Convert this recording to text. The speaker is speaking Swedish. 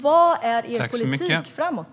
Vad är er politik framåt?